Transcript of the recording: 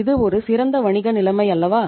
இது ஒரு சிறந்த வணிக நிலைமை அல்லவா